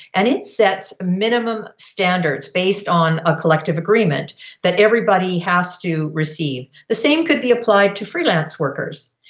and it sets minimum standards based on a collective agreement that everybody has to receive. the same could be applied to freelance workers.